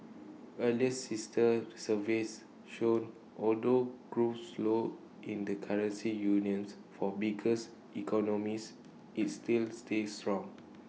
earlier sister surveys showed although growth slowed in the currency union's four biggest economies IT still stayed strong